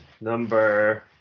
number